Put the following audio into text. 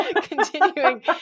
Continuing